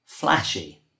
flashy